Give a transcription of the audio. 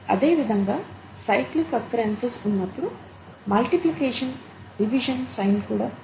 అదే విధంగా cyclic occurrences ఉన్నప్పుడు మల్టిప్లికేషన్ డివిజన్ సైన్ కూడా